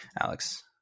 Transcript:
Alex